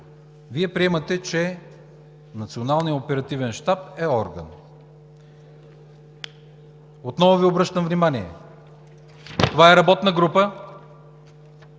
Вие приемате, че Националният оперативен щаб е орган. Отново Ви обръщам внимание: това е работна група